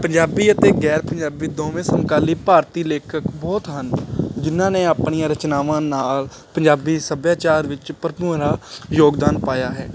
ਪੰਜਾਬੀ ਅਤੇ ਗੈਰ ਪੰਜਾਬੀ ਦੋਵੇਂ ਸਮਕਾਲੀ ਭਾਰਤੀ ਲੇਖਕ ਬਹੁਤ ਹਨ ਜਿਹਨਾਂ ਨੇ ਆਪਣੀਆਂ ਰਚਨਾਵਾਂ ਨਾਲ ਪੰਜਾਬੀ ਸੱਭਿਆਚਾਰ ਵਿੱਚ ਭਰਪੂਰ ਯੋਗਦਾਨ ਪਾਇਆ ਹੈ